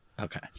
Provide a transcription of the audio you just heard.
okay